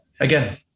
Again